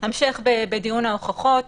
המשך בדיון ההוכחות,